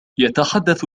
يتحدث